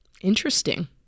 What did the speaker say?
Interesting